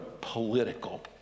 political